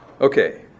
Okay